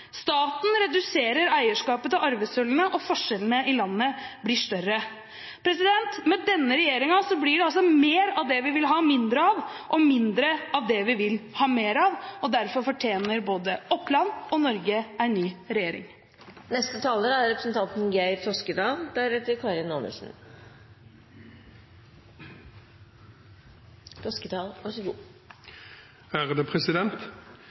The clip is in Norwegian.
Staten reduserer eierskapet til arvesølvet, og forskjellene i landet blir større. Med denne regjeringen blir det altså mer av det vi vil ha mindre av, og mindre av det vi vil ha mer av, og derfor fortjener både Oppland og Norge en ny regjering. I integreringspolitikken er